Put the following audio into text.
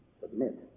Submit